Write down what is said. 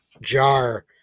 jar